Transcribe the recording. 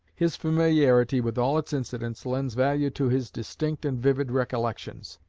his familiarity with all its incidents lends value to his distinct and vivid recollections.